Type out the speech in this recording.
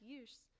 use